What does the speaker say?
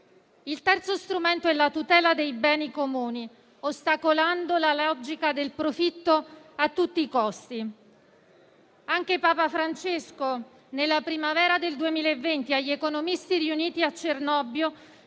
Il terzo è la tutela dei beni comuni, ostacolando la logica del profitto a tutti i costi. Anche Papa Francesco, nella primavera del 2020, agli economisti riuniti a Cernobbio